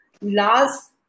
last